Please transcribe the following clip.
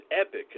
epic